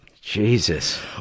Jesus